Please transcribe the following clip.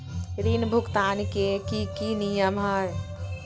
ऋण भुगतान के की की नियम है?